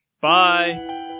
Bye